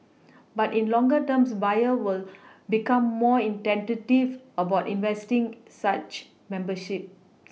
but in longer term buyers will become more in tentative about investing such memberships